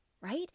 right